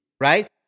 right